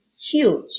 huge